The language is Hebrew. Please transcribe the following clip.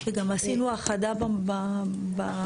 וגם עשינו האחדה במונחים,